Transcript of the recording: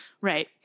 right